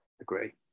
Agree